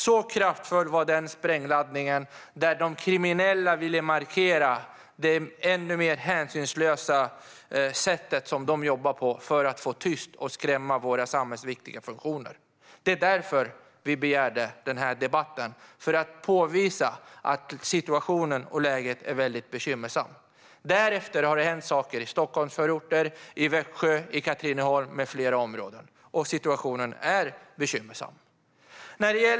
Så kraftfull var den sprängladdningen, där de kriminella ville markera det hänsynslösa sätt som de jobbar på för att tysta och skrämma våra samhällsviktiga funktioner. Vi begärde denna debatt för att påvisa att situationen är mycket bekymmersam. Därefter har det hänt saker i Stockholmsförorter, i Växjö, i Katrineholm med flera områden, och situationen är bekymmersam.